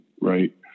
right